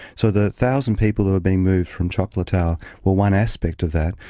so the thousand people who are being moved from chocolatao were one aspect of that,